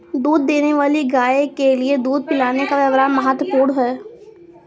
दूध देने वाली गाय के लिए दूध पिलाने का व्यव्हार महत्वपूर्ण है